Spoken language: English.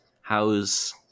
How's